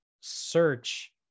search